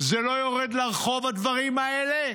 זה לא יורד לרחוב, הדברים האלה?